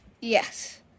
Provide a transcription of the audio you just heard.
yes